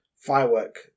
firework